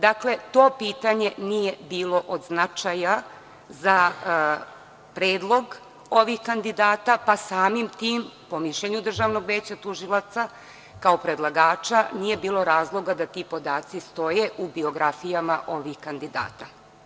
Dakle, to pitanje nije bilo od značaja za predlog ovih kandidata, pa samim tim, po mišljenju DVT kao predlagača, nije bilo razloga da ti podaci stoje u biografijama ovih kandidata.